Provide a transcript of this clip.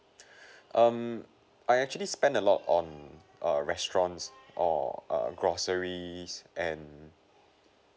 um I actually spend a lot on err restaurants or err groceries and